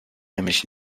nämlich